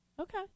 Okay